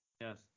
Yes